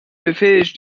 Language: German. befähigt